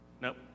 Nope